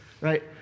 right